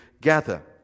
gather